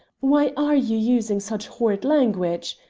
why are you using such horrid language?